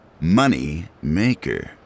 Moneymaker